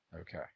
Okay